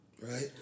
right